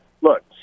look